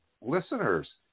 listeners